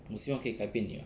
希望可以改变你